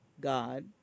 God